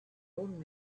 old